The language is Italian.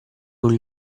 con